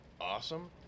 awesome